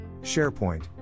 SharePoint